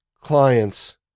clients